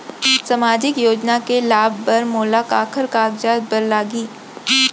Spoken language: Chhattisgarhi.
सामाजिक योजना के लाभ बर मोला काखर कागजात बर लागही?